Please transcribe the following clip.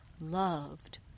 loved